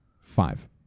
Five